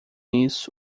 isso